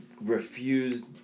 refused